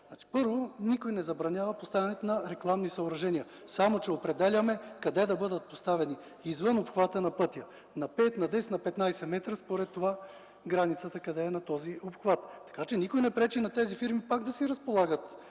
Първо, никой не забранява поставянето на рекламни съоръжения, само че определяме къде да бъдат поставени – извън обхвата на пътя, на 5-10-15 метра според границата на този обхват. Никой не пречи на тези фирми да си разполагат